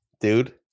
dude